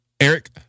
Eric